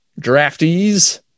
draftees